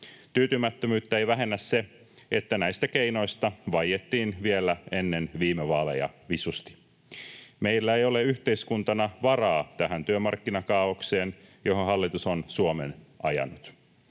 Tyytymättömyyttä ei vähennä se, että näistä keinoista vaiettiin vielä ennen viime vaaleja visusti. Meillä ei ole yhteiskuntana varaa tähän työmarkkinakaaokseen, johon hallitus on Suomen ajanut.